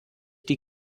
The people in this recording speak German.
die